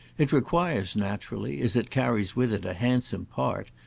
it requires, naturally, as it carries with it a handsome part,